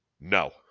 No